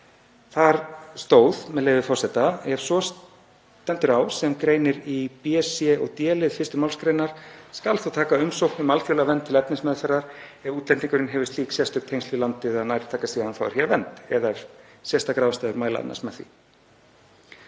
Þar stóð, með leyfi forseta: „Ef svo stendur á sem greinir í b-, c- og d-lið 1. mgr. skal þó taka umsókn um alþjóðlega vernd til efnismeðferðar ef útlendingurinn hefur slík sérstök tengsl við landið að nærtækast sé að hann fái hér vernd eða ef sérstakar ástæður mæla annars með því.“